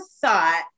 thought